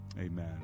amen